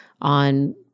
on